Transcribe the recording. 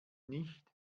nicht